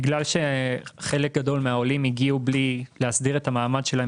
בגלל שחלק גדול מן העולים הגיעו בלי להסדיר את המעמד שלהם